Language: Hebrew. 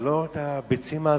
ולא את הביצים העזובות.